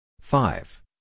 five